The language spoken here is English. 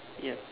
ya